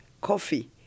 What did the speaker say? coffee